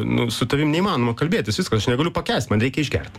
nu su tavim neįmanoma kalbėtis viskas aš negaliu pakęst man reikia išgert